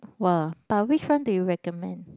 !wah! but which one do you recommend